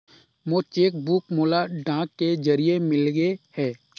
मोर cheque book मोला डाक के जरिए मिलगे हे